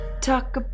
Talk